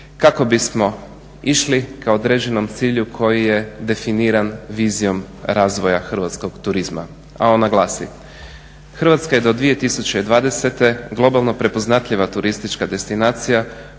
kako bismo išli ka određenom cilju koji je definiran vizijom razvoja hrvatskog turizma. A ona glasi: Hrvatska je do 2020. globalno prepoznatljiva turistička destinacija,